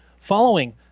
following